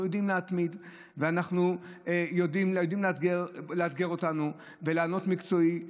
אנחנו יודעים להתמיד ואנחנו יודעים לאתגר אותנו ולענות מקצועית.